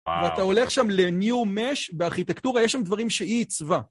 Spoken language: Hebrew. ואתה הולך שם ל-new mesh בארכיטקטורה, יש שם דברים שהיא עיצבה.